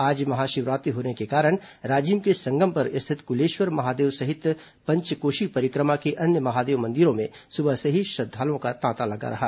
आज महाशिवरात्रि होने के कारण राजिम के संगम पर स्थित क्लेश्वर महादेव सहित पंचकोशी परिक्रमा के अन्य महादेव मंदिरों में सुबह से ही श्रद्वालुओं का तांता लगा रहा